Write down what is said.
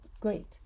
Great